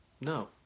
No